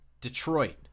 Detroit